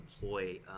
deploy